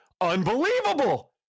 unbelievable